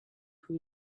who